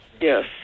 Yes